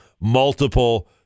multiple